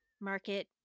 market